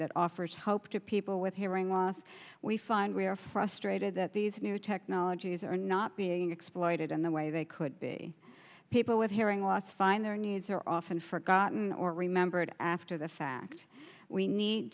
that offers hope to people with hearing loss we find we are frustrated that these new technologies are not being exploited in the way they could be people with hearing loss find their needs are often forgotten or remembered after the fact we need